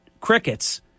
Crickets